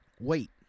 wait